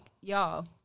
y'all